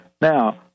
Now